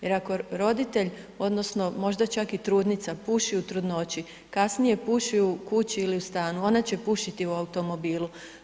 Jer ako roditelj, odnosno možda čak i trudnica puši trudnoći, kasnije puši u kući ili u stanu, ona će pušiti i u automobilu.